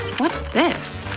what's this,